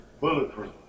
Bulletproof